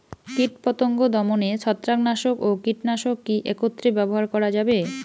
কীটপতঙ্গ দমনে ছত্রাকনাশক ও কীটনাশক কী একত্রে ব্যবহার করা যাবে?